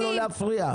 יש עודפים,